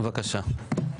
בבקשה.